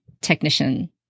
technician